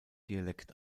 dialekt